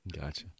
Gotcha